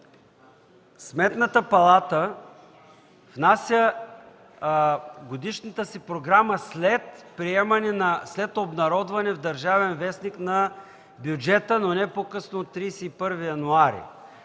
Сметната палата внася годишната си програма след обнародване в „Държавен вестник” на бюджета, но не по-късно от 31 януари.